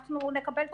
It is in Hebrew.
אנחנו נקבל תחלואה.